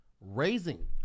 Raising